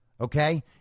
okay